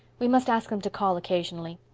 we must ask them to call occasionally.